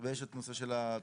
ויש את הנושא של התחילה.